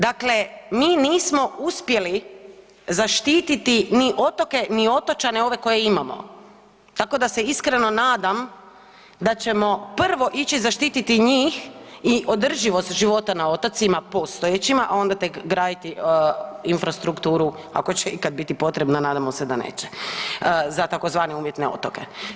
Dakle, mi nismo uspjeli zaštititi ni otoke, ni otočane ove koje imamo, tako da se iskreno nadam da ćemo prvo ići zaštiti njih i održivost života na otocima postojećima, a onda tek graditi infrastrukturu ako će ikad biti potrebna, nadamo se da neće za tzv. umjetne otoke.